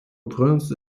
prince